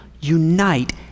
unite